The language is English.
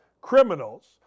criminals